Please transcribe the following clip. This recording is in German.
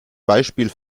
beispiel